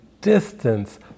distance